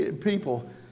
people